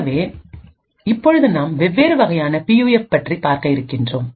ஆகவே இப்பொழுது நாம் வெவ்வேறு வகையான பியூஎஃப் பற்றி பார்க்க இருக்கின்றோம்